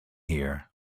here